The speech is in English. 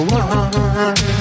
one